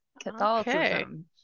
Catholicism